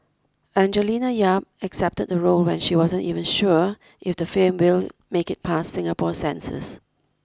Angelina Yap accepted the role when she wasn't even sure if the film will make it past Singapore's censors